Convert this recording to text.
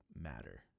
matter